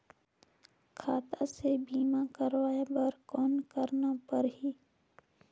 खाता से बीमा करवाय बर कौन करना परही?